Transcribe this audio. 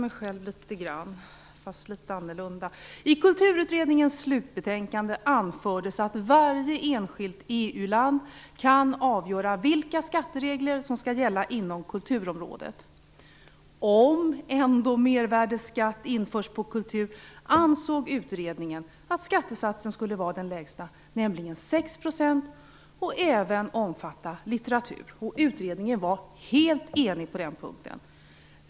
I Kulturutredningens slutbetänkande anförs att varje enskilt EU-land kan avgöra vilka skatteregler som skall gälla inom kulturområdet. Om ändå mervärdesskatt införs på kultur ansåg utredningen att skattesatsen skulle vara den lägsta, nämligen 6 % och även omfatta litteratur. Utredningen var helt enig på den punkten.